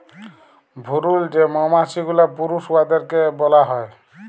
ভুরুল যে মমাছি গুলা পুরুষ উয়াদেরকে ব্যলা হ্যয়